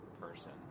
person